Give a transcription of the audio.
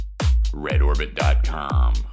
Redorbit.com